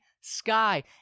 sky